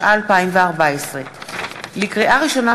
התשע"ה 2014. לקריאה ראשונה,